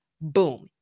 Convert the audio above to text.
Boom